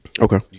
okay